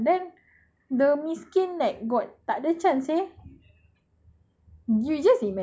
what if like life is like that ah then the miskin like got tak ada chance seh